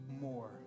more